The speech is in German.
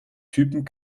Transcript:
typen